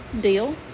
deal